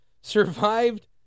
survived